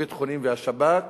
בקטע דרך שלאחר מחסום קלנדיה,